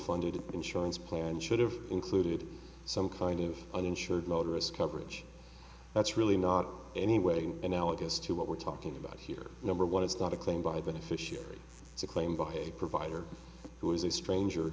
funded insurance plan should have included some kind of uninsured motorist coverage that's really not any way analogous to what we're talking about here number one it's not a claim by the fisher it's a claim by a provider who is a stranger